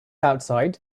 outside